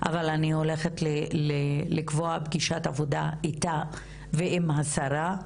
אבל אני הולכת לקבוע פגישת עבודה איתה ועם השרה.